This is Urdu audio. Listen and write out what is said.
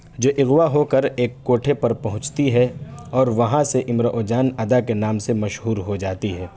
جو اغوا ہو کر ایک کوٹھے پر پہنچتی ہے اور وہاں سے امراؤ جان ادا کے نام سے مشہور ہو جاتی ہے